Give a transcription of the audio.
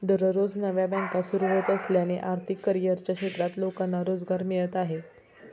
दररोज नव्या बँका सुरू होत असल्याने आर्थिक करिअरच्या क्षेत्रात लोकांना रोजगार मिळत आहे